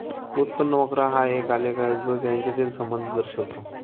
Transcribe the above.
उत्पन्न वक्र हा एक आलेख आहे जो यांच्यातील संबंध दर्शवितो